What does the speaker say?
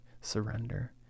surrender